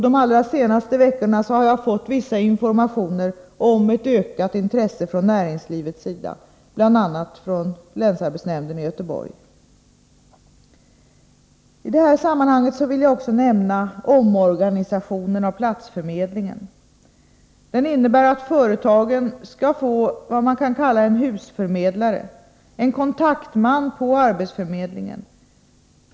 De allra senaste veckorna har jag fått vissa informationer om ett ökat intresse från näringslivet, bl.a. från länsarbetsnämnden i Göteborg. I detta sammanhang vill jag också nämna omorganisationen av platsförmedlingen. Den innebär att företagen nu skall få en ”husförmedla re”, en kontaktman på förmedlingen.